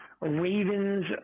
Ravens